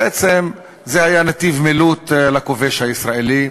בעצם זה היה נתיב מילוט לכובש הישראלי.